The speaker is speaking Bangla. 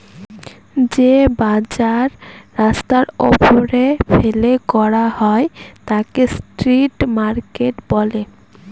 যে বাজার রাস্তার ওপরে ফেলে করা হয় তাকে স্ট্রিট মার্কেট বলে